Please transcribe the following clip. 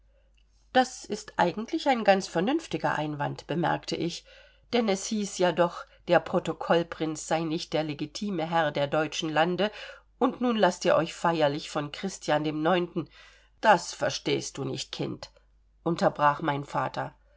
das ist eigentlich ein ganz vernünftiger einwand bemerkte ich denn es hieß ja doch der protokoll prinz sei nicht der legitime herr der deutschen lande und nun laßt ihr euch feierlich von christian ix das verstehst du nicht kind unterbrach mein vater